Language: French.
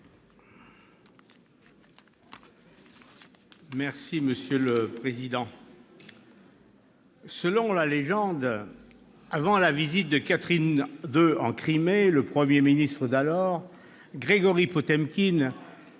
citoyen et écologiste. Selon la légende, avant la visite de Catherine II en Crimée, le Premier ministre d'alors, Grigori Potemkine,